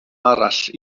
arall